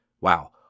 Wow